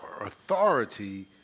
authority